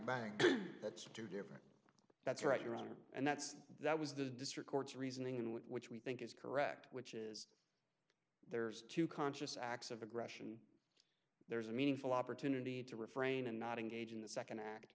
bank that's two different that's right your honor and that's that was the district court's reasoning and which we think is correct which it there's two conscious acts of aggression there's a meaningful opportunity to refrain and not engage in the nd act